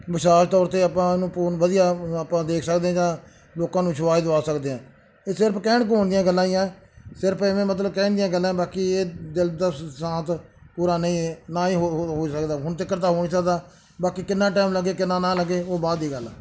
ਮਿਸਾਲ ਤੌਰ 'ਤੇ ਆਪਾਂ ਇਹਨੂੰ ਪੂਰਨ ਵਧੀਆ ਆਪਾਂ ਦੇਖ ਸਕਦੇ ਜਾਂ ਲੋਕਾਂ ਨੂੰ ਵਿਸ਼ਵਾਸ ਦਵਾ ਸਕਦੇ ਹਾਂ ਇਹ ਸਿਰਫ਼ ਕਹਿਣ ਕੂਣ ਦੀਆਂ ਗੱਲਾਂ ਹੀ ਆ ਸਿਰਫ਼ ਐਵੇਂ ਮਤਲਬ ਕਹਿਣ ਦੀਆਂ ਗੱਲਾਂ ਬਾਕੀ ਇਹ ਦਿਲ ਦਾ ਸ਼ਾਂਤ ਪੂਰਾ ਨਹੀਂ ਨਾ ਹੀ ਹੋ ਹੋ ਹੋ ਸਕਦਾ ਹੁਣ ਤੱਕ ਤਾਂ ਹੋ ਨਹੀਂ ਸਕਦਾ ਬਾਕੀ ਕਿੰਨਾ ਟਾਈਮ ਲੱਗੇ ਕਿੰਨਾ ਨਾ ਲੱਗੇ ਉਹ ਬਾਅਦ ਦੀ ਗੱਲ ਆ